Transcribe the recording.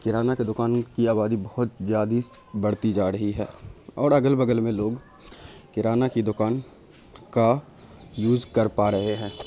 کرانہ کے دوکان کی آبادی بہت زیادہ ہی بڑھتی جا رہی ہے اور اگل بغل میں لوگ کرانہ کی دوکان کا یوز کر پا رہے ہیں